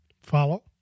Follow